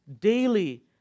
daily